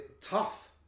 tough